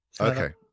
Okay